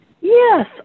Yes